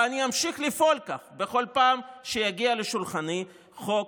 ואני אמשיך לפעול כך בכל פעם שיגיע לשולחני חוק".